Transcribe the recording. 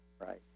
right